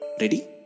Ready